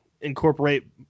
incorporate –